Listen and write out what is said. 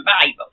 bible